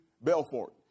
Belfort